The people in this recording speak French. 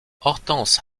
hortense